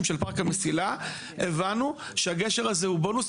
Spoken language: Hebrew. בפארק המסילה הבנו שהגשר הזה הוא בונוס.